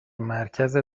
مرکز